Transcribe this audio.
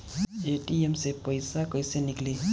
ATM से पइसा कइसे निकली?